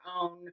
own